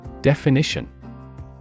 Definition